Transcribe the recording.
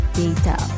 data